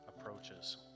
approaches